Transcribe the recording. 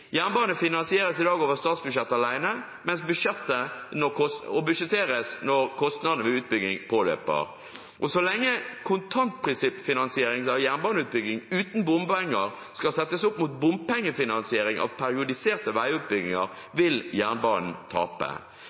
jernbane og vil bompengefinansiere jernbane, fordi jernbane finansieres over statsbudsjettet alene og budsjetteres når kostnadene ved utbygging påløper. Så lenge kontantprinsippfinansiering av jernbaneutbygging uten bompenger skal settes opp mot bompengefinansiering av periodiserte veiutbygginger, vil jernbanen tape.